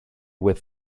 with